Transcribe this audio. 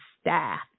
staff